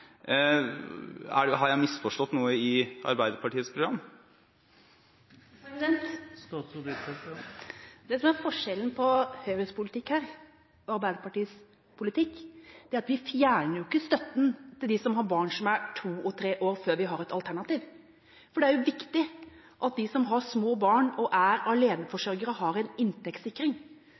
og arbeid. Har jeg misforstått noe i Arbeiderpartiets program? Det som er forskjellen på Høyres politikk og Arbeiderpartiets politikk, er at vi fjerner ikke støtten til dem som har barn som er to og tre år før vi har et alternativ. Det er viktig at de som har små barn og er aleneforsørgere, har en inntektssikring.